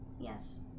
Yes